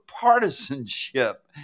partisanship